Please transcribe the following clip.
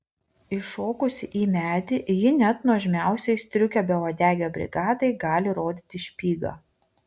įšokusi į medį ji net nuožmiausiai striukio beuodegio brigadai gali rodyti špygą